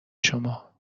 شما